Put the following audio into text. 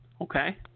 Okay